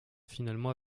finalement